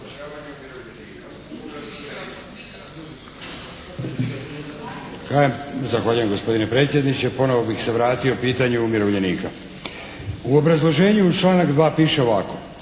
Zahvaljujem gospodine predsjedniče. Ponovno bih se vratio pitanju umirovljenika. U obrazloženju iz članka 2 piše ovako.